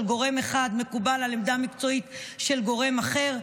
גורם אחד מקובלות על עמדה מקצועית של גורם אחר,